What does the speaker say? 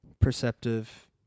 perceptive